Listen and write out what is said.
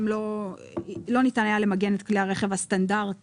לא ניתן היה למגן את כלי הרכב הסטנדרטי